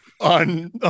on